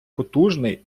потужний